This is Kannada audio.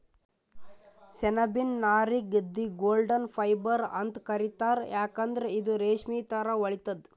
ಸೆಣಬಿನ್ ನಾರಿಗ್ ದಿ ಗೋಲ್ಡನ್ ಫೈಬರ್ ಅಂತ್ ಕರಿತಾರ್ ಯಾಕಂದ್ರ್ ಇದು ರೇಶ್ಮಿ ಥರಾ ಹೊಳಿತದ್